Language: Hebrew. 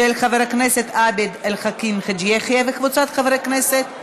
של חבר הכנסת עבד אל חכים חאג' יחיא וקבוצת חברי הכנסת,